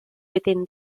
within